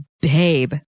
babe